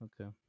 okay